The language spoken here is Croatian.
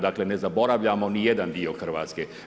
Dakle ne zaboravljamo ni jedan dio Hrvatske.